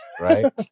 Right